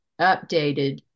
updated